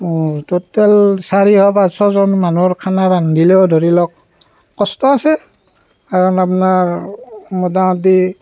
total চাৰিশ পাঁচশজন মানুহৰ খানা ৰান্ধিলেও ধৰি লওক কষ্ট আছে কাৰণ আপোনাৰ মোটামুটি